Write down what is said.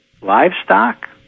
Livestock